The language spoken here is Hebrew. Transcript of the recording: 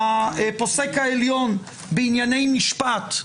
לפוסק העליון בענייני משפט,